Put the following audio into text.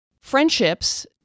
Friendships